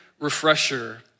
refresher